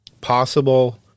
possible